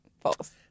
false